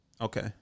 Okay